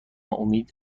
امید